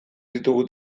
ditugu